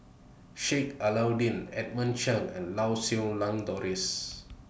Sheik Alau'ddin Edmund Cheng and Lau Siew Lang Doris